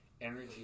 energy